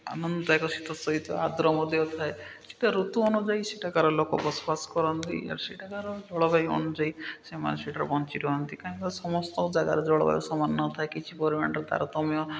ଆନନ୍ଦ ଦାୟକ ଶୀତ ସହିତ ଆଦ୍ର ମଧ୍ୟ ଥାଏ ସେଇଟା ଋତୁ ଅନୁଯାୟୀ ସେଠାକାର ଲୋକ ବସବାସ କରନ୍ତି ଆର୍ ସେଠାକାର ଜଳବାୟୁ ଅନୁଯାୟୀ ସେମାନେ ସେଠାରେ ବଞ୍ଚି ରହନ୍ତି କାହିଁକିନା ସମସ୍ତ ଜାଗାରେ ଜଳବାୟୁ ସମାନ ନଥାଏ କିଛି ପରିମାଣରେ ତାରତମ୍ୟ